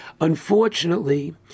Unfortunately